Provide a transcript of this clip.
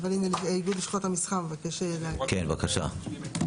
איגוד לשכות המסחר, בבקשה.